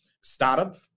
startup